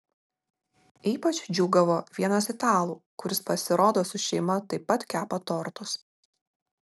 ypač džiūgavo vienas italų kuris pasirodo su šeima taip pat kepa tortus